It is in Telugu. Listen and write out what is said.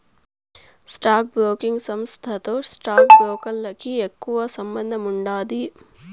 స్టాక్ బ్రోకింగ్ సంస్థతో స్టాక్ బ్రోకర్లకి ఎక్కువ సంబందముండాది